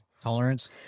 Tolerance